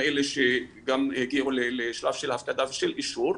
יש כאלה שגם הגיעו לשלב של הפקדה ושל אישור,